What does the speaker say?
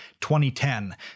2010